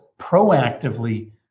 proactively